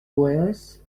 boeres